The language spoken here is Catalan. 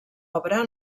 obra